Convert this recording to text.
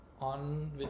on